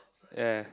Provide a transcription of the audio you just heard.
yea